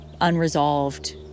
unresolved